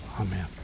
Amen